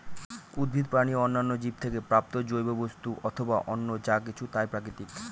উদ্ভিদ, প্রাণী ও অন্যান্য জীব থেকে প্রাপ্ত জৈব বস্তু অথবা অন্য যা কিছু তাই প্রাকৃতিক